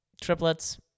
triplets